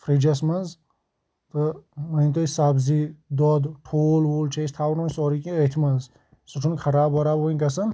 فِرٛجَس منٛز تہٕ مٲنِو تُہۍ سَبزی دۄد ٹھوٗل ووٗل چھِ أسۍ تھاوان وۄنۍ سورُے کینٛہہ أتھۍ منٛز سُہ چھُنہٕ خراب وَراب وٕنۍ گژھان